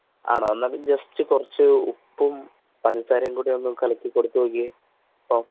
ആണോ എന്നാല്പ്പിന്നെ ജസ്റ്റ് കുറച്ച് ഉപ്പും പഞ്ചസാരയുംകൂടെയൊന്നു കലക്കിക്കൊടുത്തു നോക്കിയേ ഇപ്പോള്